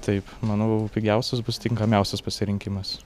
taip manau pigiausias bus tinkamiausias pasirinkimas